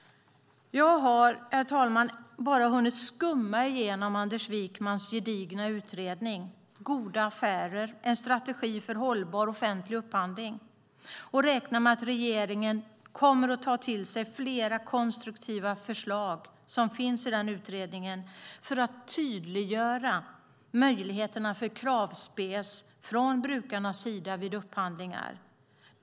Herr talman! Jag har bara hunnit skumma igenom Anders Wijkmans gedigna utredning Goda affärer - en strategi för hållbar offentlig upphandling . Jag räknar med att regeringen kommer att ta till sig flera av de konstruktiva förslag som finns i utredningen för att göra det tydligt att brukarna kan lämna en kravspecifikation vid upphandlingar.